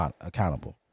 accountable